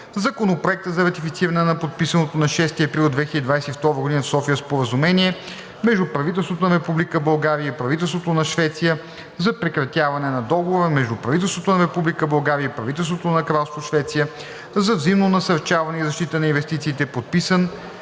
Законопроект за ратифициране на подписаното на 6 април 2022 г. в София Споразумение между правителството на Република България и правителството на Швеция за прекратяване на Договора между правителството на Република България и правителството на Кралство Швеция за взаимно насърчаване и защита на инвестициите, подписан